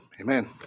amen